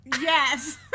Yes